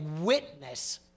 witness